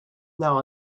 now